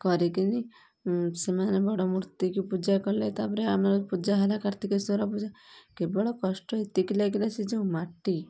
କରିକିନା ସେମାନେ ବଡ଼ ମୂର୍ତ୍ତିକି ପୂଜା କଲେ ତା'ପରେ ଆମର ପୂଜା ହେଲା କାର୍ତ୍ତିକେଶ୍ଵର ପୂଜା କେବଳ କଷ୍ଟ ଏତିକି ଲାଗିଲା ସେ ଯେଉଁ ମାଟି